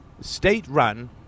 state-run